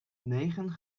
negen